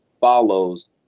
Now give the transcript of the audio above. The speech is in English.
follows